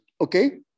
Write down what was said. Okay